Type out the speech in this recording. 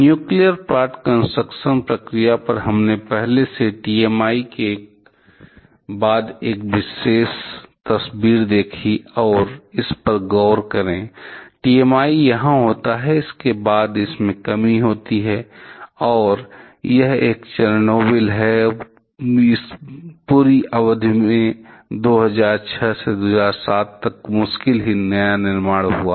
nuclear plant construction प्रक्रिया पर हमने पहले ही टीएमआई के बाद एक तस्वीर देखी है और इस पर गौर करें टीएमआई यहां होता है उसके बाद इसमें कमी होती है और अब यह चेरनोबिल है और इस पूरी अवधि में 2006 से 2007 तक मुश्किल ही नया निर्माण हुआ